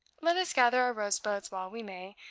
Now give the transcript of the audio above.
let us gather our rosebuds while we may.